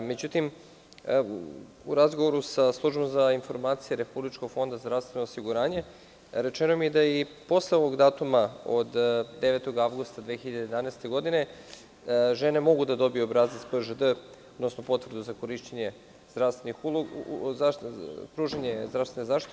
U razgovoru sa Službom za informacije Republičkog fonda za zdravstveno osiguranje rečeno mi je da i posle ovog datuma od 9. avgusta 2011. godine, žene mogu da dobiju obrazac PŽD, odnosno potvrdu za pružanje zdravstvene zaštite.